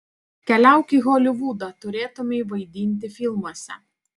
keliauk į holivudą turėtumei vaidinti filmuose